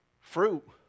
Fruit